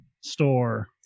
store